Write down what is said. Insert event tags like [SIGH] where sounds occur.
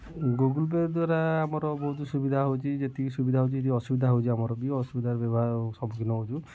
Google Pay ଦ୍ୱାରା ଆମର ବହୁତ ସୁବିଧା ହେଉଛି ଯେତିକି ସୁବିଧା ହେଉଛି ଏଇ ଯେଉଁ ଅସୁବିଧା ହେଉଛି ଆମର ବି ଅସୁବିଧା [UNINTELLIGIBLE] ସମ୍ମୁଖୀନ ହେଉଛୁ